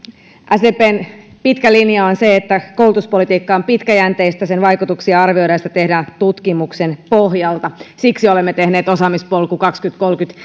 sdpn pitkä linja on se että koulutuspolitiikka on pitkäjänteistä sen vaikutuksia arvioidaan ja sitä tehdään tutkimuksen pohjalta siksi olemme tehneet osaamispolku kaksituhattakolmekymmentän